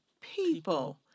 people